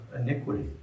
iniquity